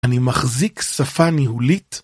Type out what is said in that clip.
אני מחזיק שפה ניהולית?